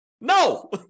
No